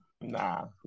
Nah